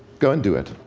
go and do it,